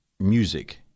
music